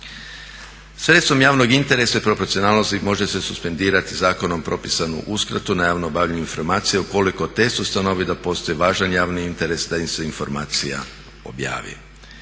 Sredstvom javnog interesa i proporcionalnosti može se suspendirati zakonom propisanu uskratu na javno objavljivanje informacije ukoliko test ustanovi da postoji važan javni interes da im se informacija objavi.